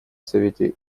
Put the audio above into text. совете